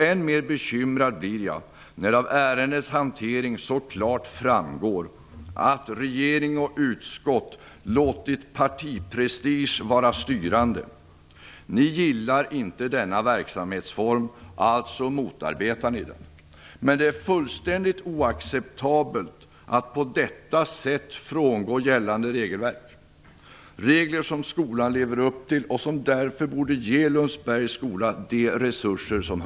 Än mer bekymrad blir jag när det av ärendets hantering så klart framgår att regering och utskott låtit partiprestige vara styrande. Ni gillar inte denna verksamhetsform, alltså motarbetar ni den. Men det är fullständigt oacceptabelt att på detta sätt frångå gällande regelverk. Skolan lever upp till reglerna och borde därför få resurser.